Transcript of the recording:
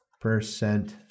percent